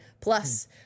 plus